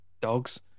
Dogs